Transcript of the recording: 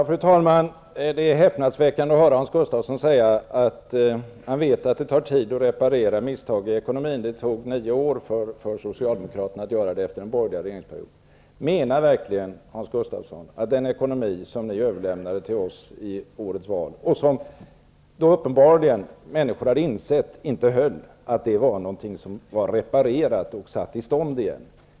Fru talman! Det är häpnadsväckande att höra Hans Gustafsson säga att han vet att det tar tid att reparera misstag i ekonomin, för det tog nio år för Socialdemokraterna att göra det efter den borgerliga regeringsperioden. Menar verkligen Hans Gustafsson att den ekonomi som ni överlämnade till oss efter senaste valet -- och som människor uppenbarligen hade insett inte höll -- var någonting som var reparerat och satt i stånd igen?